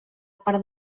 part